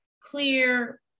clear